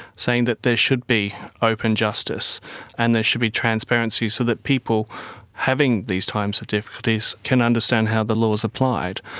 saying that there should be open justice and there should be transparency so that people having these times of difficulties can understand how the law is applied.